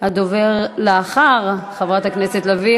הדובר לאחר חברת הכנסת עליזה לביא,